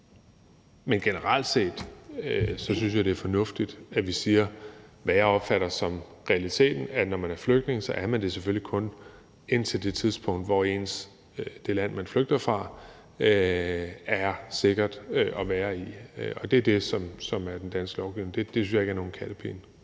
Men generelt set synes jeg, det er fornuftigt, at vi siger, hvad jeg opfatter som realiteten, nemlig at når man er flygtning, er man det selvfølgelig kun indtil det tidspunkt, hvor det land, man flygter fra, er sikkert at være i, og det er det, som ligger i den danske lovgivning. Det synes jeg ikke er nogen kattepine.